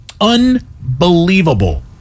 Unbelievable